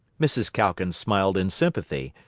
mrs. calkins smiled in sympathy,